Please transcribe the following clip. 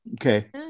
Okay